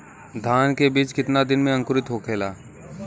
धान के बिज कितना दिन में अंकुरित होखेला?